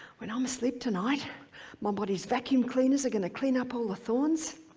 when i'm asleep tonight my body's vacuum cleaners are gonna clean up all the thorns.